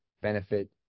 benefit